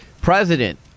president